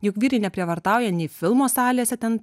juk vyrai neprievartauja nei filmo salėse ten